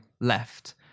left